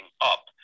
up